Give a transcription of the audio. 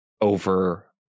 over